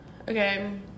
Okay